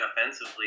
offensively